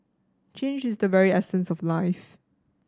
change is the very essence of life